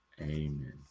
Amen